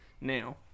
Now